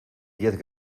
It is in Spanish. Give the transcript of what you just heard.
diez